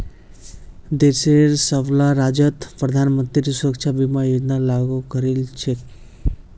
देशेर सबला राज्यत प्रधानमंत्री सुरक्षा बीमा योजना लागू करील छेक